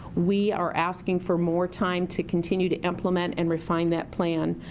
we are asking for more time to continue to implement and refine that plan.